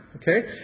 Okay